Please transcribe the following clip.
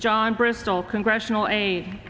john bristol congressional aid